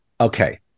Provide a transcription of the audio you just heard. okay